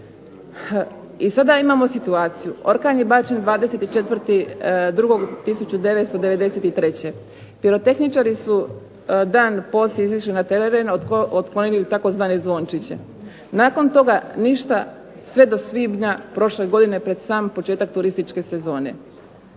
i sada imamo situaciju orkan je bačen 24.2.19993., pirotehničari su dan poslije izišli na teren, otklonili tzv. zvončiće, nakon toga ništa sve do svibnja prošle godine pred sam početak turističke sezone.